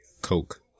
Coke